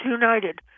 united